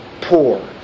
poor